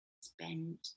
spend